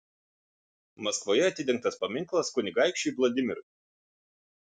maskvoje atidengtas paminklas kunigaikščiui vladimirui